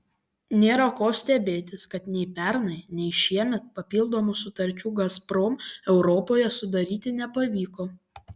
nėra ko stebėtis kad nei pernai nei šiemet papildomų sutarčių gazprom europoje sudaryti nepavyko